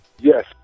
Yes